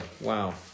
Wow